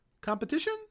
competition